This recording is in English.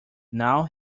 now